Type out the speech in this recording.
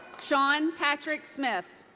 sean patrick smith.